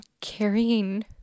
carrying